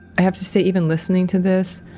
i have to say, even listening to this,